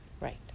Right